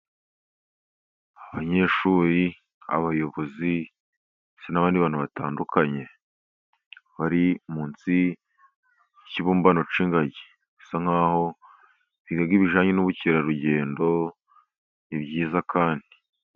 Abanyeshuri, abayobozi, n'abandi bantu batandukanye bari munsi y'ikibumbano cy'ingagi, bisa nkaho biga ibijyananye n'ubukerarugendo ni byiza kandi.